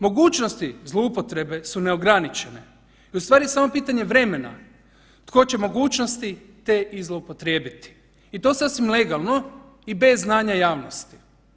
Mogućnosti zloupotrebe su neograničene i ustvari samo je pitanje vremena tko će mogućnosti te i zloupotrijebiti i to sasvim legalno i bez znanja javnosti.